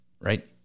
right